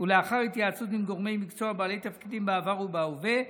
ולאחר התייעצות עם גורמי מקצוע ובעלי תפקידים בעבר ובהווה,